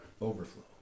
overflow